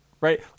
Right